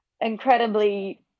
incredibly